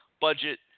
budget